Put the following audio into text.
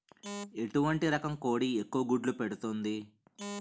ఎటువంటి రకం కోడి ఎక్కువ గుడ్లు పెడుతోంది?